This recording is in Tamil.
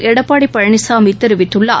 எடப்பாடி பழனிசாமி தெரிவித்குள்ளார்